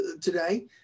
today